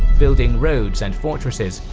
building roads and fortresses,